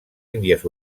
índies